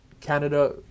canada